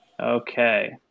Okay